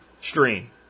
Stream